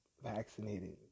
Vaccinated